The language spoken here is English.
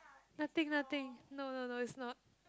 nothing nothing no no no is not